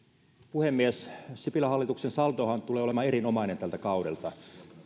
puhemies sipilän hallituksen saldohan tulee olemaan erinomainen tältä kaudelta